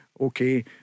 okay